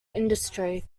industry